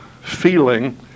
feeling